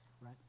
right